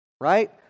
Right